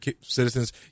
citizens